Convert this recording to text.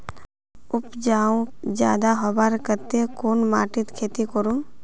उपजाऊ ज्यादा होबार केते कुन माटित खेती करूम?